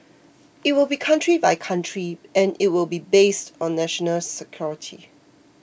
it will be country by country and it will be based on national security